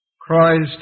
Christ